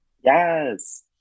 Yes